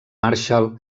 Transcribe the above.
marshall